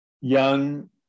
young